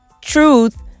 truth